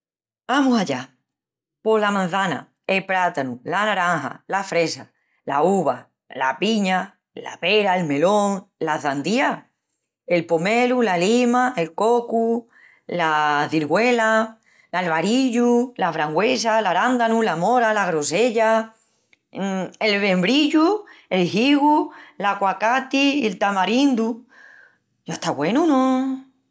Amus allá! Pos la mançana, el prátanu, la naranja, la fresa, la uva, la piña, la pera, el melón, la çandía, el pomelu, la lima, el cocu, la cirgüela, l'alvarillu, la frangüesa, l'arandanu, la mora, la grosella, el brembillu, el higu, l'aguacati, el tamarindu,... bu, ya está güenu, no?